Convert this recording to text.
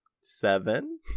seven